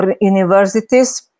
universities